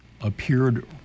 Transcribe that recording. appeared